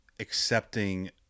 accepting